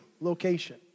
location